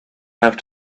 have